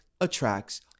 attracts